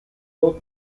growth